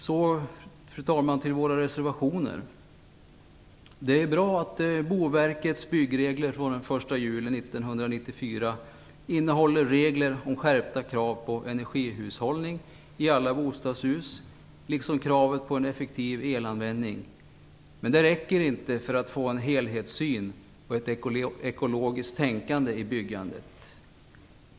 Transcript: Så, fru talman, till våra reservationer. Det är bra att Boverkets byggregler från den 1 juli 1994 innehåller regler om skärpta krav på energihushållning i alla bostadshus liksom kravet på en effektiv elanvändning. Men det räcker inte för att få en helhetssyn och ett ekologiskt tänkande i byggandet.